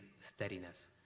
steadiness